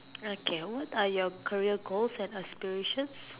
okay what are your career goals and aspirations